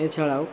এছাড়াও